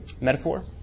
Metaphor